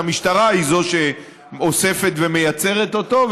שהמשטרה היא שאוספת ומייצרת אותו,